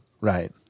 Right